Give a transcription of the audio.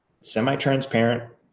semi-transparent